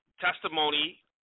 Testimony